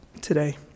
today